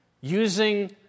using